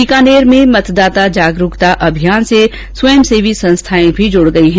बीकानेर में मतदाता जागरूकता अभियान से स्वयंसेवी संस्थाएं भी जुड़ गई है